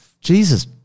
Jesus